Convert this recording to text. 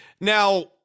Now